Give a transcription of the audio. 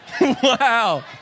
Wow